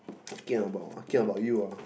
talking about talking about you ah